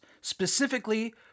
Specifically